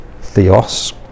Theos